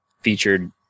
featured